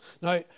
Now